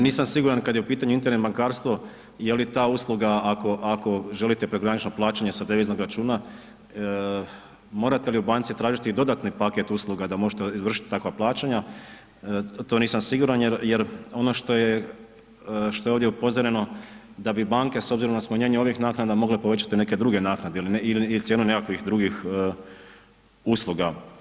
Nisam siguran kad je u pitanju internet bankarstvo je li ta usluga ako želite prekogranično plaćanje sa deviznog računa, morate li u banci tražiti i dodatni paket usluga da možete izvršiti takva plaćanja, to nisam siguran jer ono što je ovdje upozoreno da bi banke s obzirom na smanjenje ovih naknada mogle povećati neke druge naknade ili cijenu nekakvih drugih usluga.